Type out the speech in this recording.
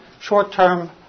short-term